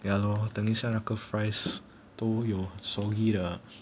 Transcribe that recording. ya lor 等一下那个 fries 都有 soggy 的